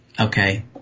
Okay